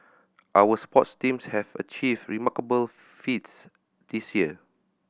our sports teams have achieve remarkable feats this year